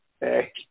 hey